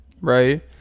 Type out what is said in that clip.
right